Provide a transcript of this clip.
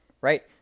right